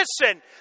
listen